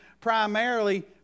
primarily